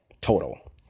total